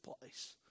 place